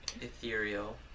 ethereal